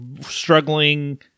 struggling